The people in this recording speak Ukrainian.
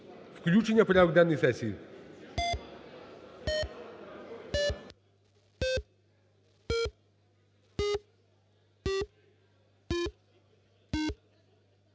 включення в порядок денний сесії.